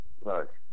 look